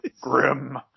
Grim